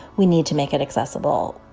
we need to make it accessible.